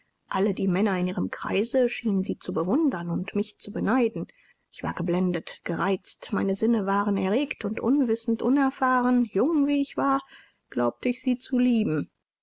alle die männer in ihrem kreise schienen sie zu bewundern und mich zu beneiden ich war geblendet gereizt meine sinne waren erregt und unwissend unerfahren jung wie ich war glaubte ich sie zu lieben